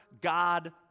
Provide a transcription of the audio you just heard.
God